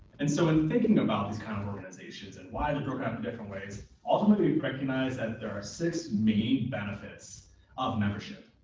and so in thinking about these kind of organizations and why they broke out in different ways, ultimately we recognize that there are six main benefits of membership.